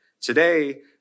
today